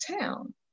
town